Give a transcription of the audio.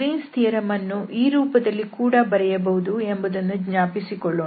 Green's theorem Green's theorem ಅನ್ನು ಈ ರೂಪದಲ್ಲಿ ಕೂಡ ಬರೆಯಬಹುದು ಎಂಬುದನ್ನು ಜ್ಞಾಪಿಸಿಕೊಳ್ಳೋಣ